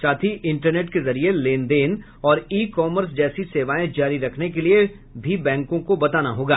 साथ ही इंटरनेट के जरिए लेन देन और ई कॉमर्स जैसी सेवाएं जारी रखने के लिए भी बैकों को बताना होगा